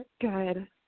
Good